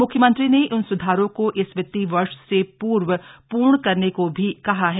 मुख्यमंत्री ने इन सुधारों को इस वित्तीय वर्ष से पूर्व पूर्ण करने को भी कहा है